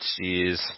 Jeez